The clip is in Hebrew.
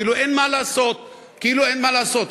כאילו אין מה לעשות, כאילו אין מה לעשות.